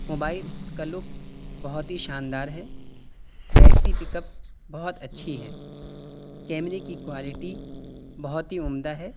mobile کا look بہت ہی شاندار ہے بیٹری پک اپ بہت اچھی ہے کیمرہ کی کوالیٹی بہت ہی عمدہ ہے